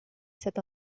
sat